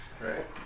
Right